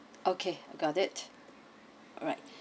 okay got it alright